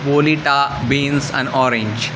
ओलिटा beans and orange